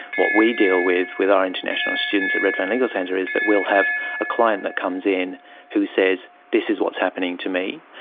what we deal with with our international students at redfern legal centre is that we'll have a client that comes in who says this is what's happening to me.